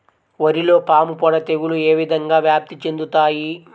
వరిలో పాముపొడ తెగులు ఏ విధంగా వ్యాప్తి చెందుతాయి?